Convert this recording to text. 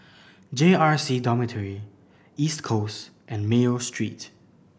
J R C Dormitory East Coast and Mayo Street